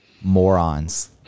Morons